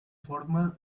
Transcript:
forma